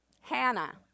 Hannah